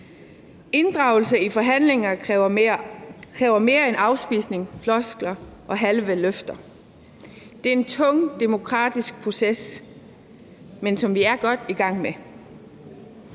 Inddragelse i forhandlinger kræver mere end afspisning, floskler og halve løfter. Det er en tung demokratisk proces, men det er en proces, som vi er godt i gang med.